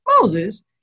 Moses